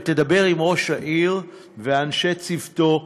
ותדבר עם ראש העיר ואנשי צוותו,